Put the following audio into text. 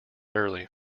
early